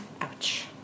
Ouch